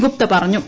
ഗുപ്ത പറഞ്ഞു